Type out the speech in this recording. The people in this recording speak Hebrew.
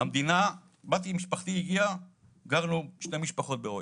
כשהגעתי עם משפחתי למדינה, גרנו שתי משפחות באוהל.